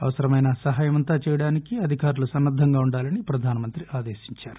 అవసరమైన సహాయం చెయ్యడానికి అధికారులు సన్న ద్దంగా ఉండాలని ప్రధానమంత్రి ఆదేశించారు